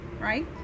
right